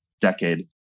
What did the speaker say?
decade